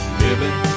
living